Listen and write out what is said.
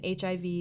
HIV